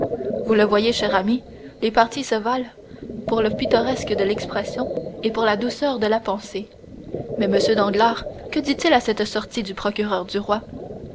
vous le voyez chère amie les partis se valent pour le pittoresque de l'expression et pour la douceur de la pensée mais m danglars que dit-il à cette sortie du procureur du roi